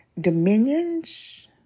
dominions